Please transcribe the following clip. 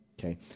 Okay